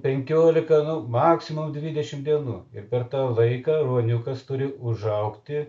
penkiolika nu maksimum dvidešim dienų ir per tą laiką ruoniukas turi užaugti